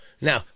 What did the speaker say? now